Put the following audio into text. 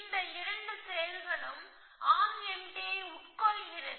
இந்த இரண்டு செயல்களும் ஆர்ம் எம்டியை உட்கொள்கிறது